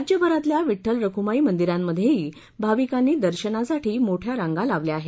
राज्यभरातल्या विड्डल रखुमाई मंदिरांमध्ये भाविकांनी दर्शनासाठी मोठ्या रांगा लावल्या आहेत